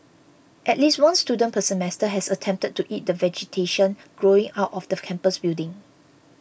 at least one student per semester has attempted to eat the vegetation growing out of the campus building